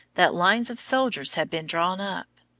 that lines of soldiers had been drawn up.